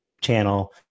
channel